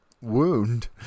wound